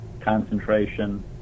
concentration